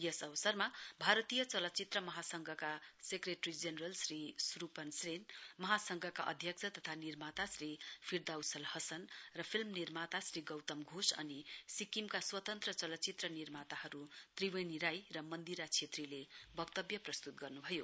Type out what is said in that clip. यस अवसरमा भारतीय चलचित्र महासंघका सेक्रेटेरी जेनरल श्री सुप्रन सेन महासंघका अध्यक्ष तथा निर्माता श्री फिरदाउसल हसन र फिल्म निर्माता श्री गौतम घोष अनि सिक्किमका स्वतन्त्र चलचित्र निर्माताहरू त्रिवेणी राई र मन्दिरा छेत्रीले वक्तव्य प्रस्तुत गर्नु भयो